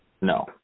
No